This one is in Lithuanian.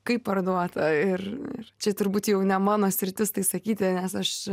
kaip parduota ir ir čia turbūt jau ne mano sritis tai sakyti nes aš